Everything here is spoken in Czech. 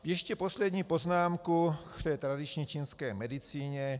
Ještě poslední poznámku k té tradiční čínské medicíně.